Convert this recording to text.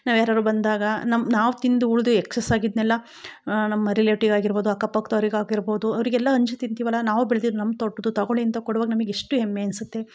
ನಾವು ಯಾರಾರು ಬಂದಾಗ ನಮ್ಮ ನಾವು ತಿಂದು ಉಳಿದು ಎಕ್ಸಸಾಗಿದ್ನೆಲ್ಲ ನಮ್ಮ ರಿಲೇಟಿವ್ ಆಗಿರ್ಬೋದು ಅಕ್ಕ ಪಕ್ದವ್ರಿಗೆ ಆಗಿರ್ಬೋದು ಅವರಿಗೆಲ್ಲ ಹಂಚಿ ತಿಂತೀವಲ ನಾವು ಬೆಳೆದಿದ್ದು ನಮ್ಮ ತೊಟದ್ದು ತಗೊಳ್ಳಿ ಅಂತ ಕೊಡುವಾಗ ನಮಗ್ ಎಷ್ಟು ಹೆಮ್ಮೆ ಅನಿಸುತ್ತೆ